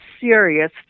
serious